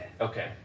Okay